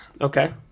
Okay